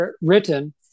written